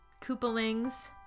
Koopalings